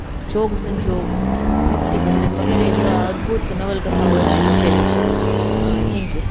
જોગ સંજોગ મુક્તિ બંધન વગેરે જેવા અદભૂત નવલકથાઓ એમાં એમણે લખેલી છે થેન્ક યુ